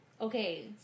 Okay